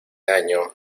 año